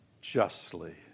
justly